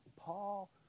Paul